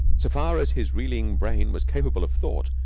so far as his reeling brain was capable of thought,